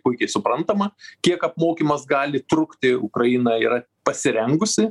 puikiai suprantama kiek apmokymas gali trukti ukraina yra pasirengusi